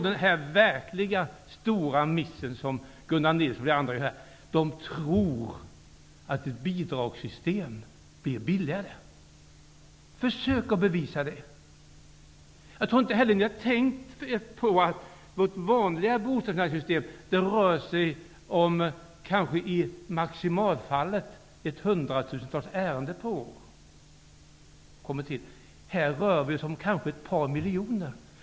Den verkligt stora missen som Gunnar Nilsson och flera andra gör är att de tror att ett bidragssystem blir billigare. Försök bevisa det! Jag tror inte heller att ni har tänkt på att det i vårt vanliga bostadsfinansieringssystem rör sig om maximalt hundratusentals ärenden per år. Här rör det sig om kanske ett par miljoner.